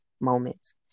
moments